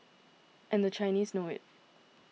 and the Chinese know it